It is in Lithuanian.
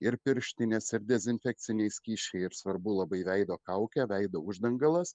ir pirštinės ir dezinfekciniai skysčiai ir svarbu labai veido kaukė veido uždangalas